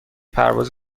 پرواز